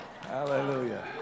Hallelujah